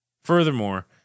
Furthermore